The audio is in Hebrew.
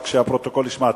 רק שהפרוטוקול ישמע,